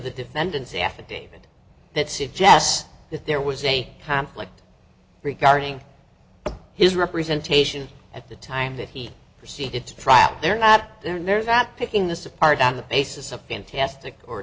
the defendant's affidavit that suggests that there was a conflict regarding his representation at the time that he proceeded to trial they're not their nerve at picking this apart on the basis of fantastic or